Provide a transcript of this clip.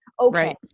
Okay